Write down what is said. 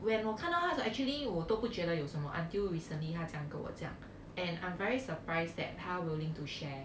when 我看到她的时候 actually 我都不觉得有什么 until recently 她这样跟我讲 ah and I'm very surprised that 她 willing to share